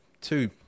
two